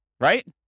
Right